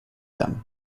them